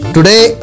Today